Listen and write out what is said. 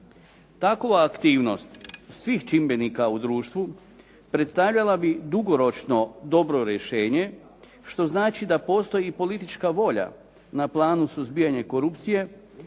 Takvu aktivnost svih čimbenika u društvu predstavljala bi dugoročno dobro rješenje što znači da postoji politička volja na planu suzbijanja korupcije